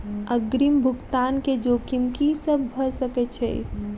अग्रिम भुगतान केँ जोखिम की सब भऽ सकै हय?